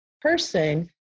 person